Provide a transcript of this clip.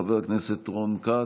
חבר הכנסת רון כץ,